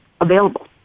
available